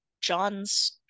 john's